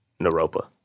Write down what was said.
Naropa